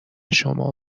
شما